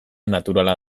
naturala